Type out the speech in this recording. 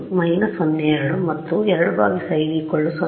2 ಮತ್ತು 25 0